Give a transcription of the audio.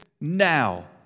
Now